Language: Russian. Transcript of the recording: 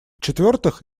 четвертых